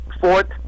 fourth